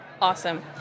Awesome